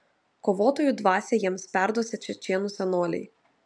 kovotojų dvasią jiems perduosią čečėnų senoliai